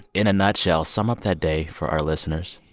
in a nutshell, sum up that day for our listeners